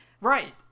Right